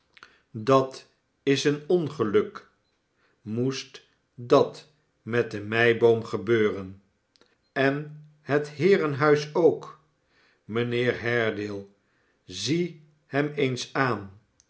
dat is een ongeluk moest dat met de m e i b o o m g m r en het heerenhuis ook mijnheer haredale zie hem eens aan